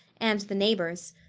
and the neighbours,